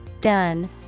done